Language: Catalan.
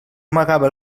amagava